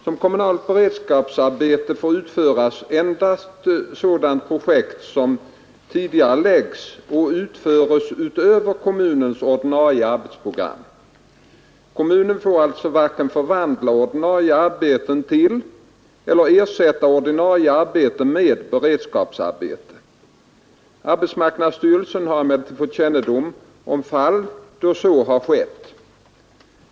Som kommunalt beredskapsarbete får utföras endast sådant projekt som tidigareläggs och utförs utöver kommunens ordinarie arbetsprogram. Kommunen får alltså varken förvandla ordinarie arbete till eller ersätta ordinarie arbete med beredskapsarbete. Arbetsmarknadsstyrelsen har emellertid fått kännedom om fall där så har skett.